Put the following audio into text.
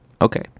Okay